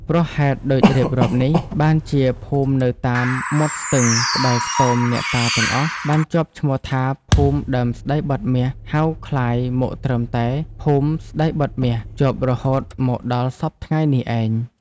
ព្រោះហេតុដូចរៀបរាប់នេះ បានជាភូមិនៅតាមមាត់ស្ទឹង ក្បែរខ្ទមអ្នកតាទាំងអស់ បានជាប់ឈ្មោះថា "ភូមិដើមស្តីបិទមាស” ហៅក្លាយ មកត្រឹមតែ "ភូមិស្តីបិទមាស" ជាប់រហូតមកដល់សព្វថ្ងៃនេះឯង។